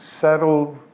settled